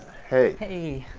hey.